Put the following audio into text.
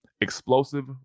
explosive